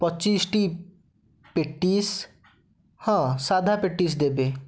ପଚିଶଟି patties ହଁ ସାଧା patties ଦେବେ